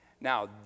Now